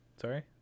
Sorry